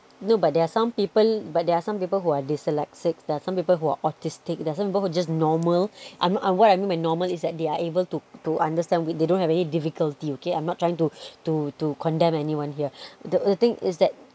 no but there are some people but there are some people who are dyslexic there are some people who are autistic there are some people who are just normal um what I mean with normal is that they are able to to understand they don't have any difficulty okay I'm not trying to to to condemn anyone here the the thing is that